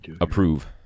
approve